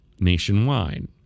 nationwide